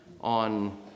on